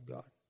God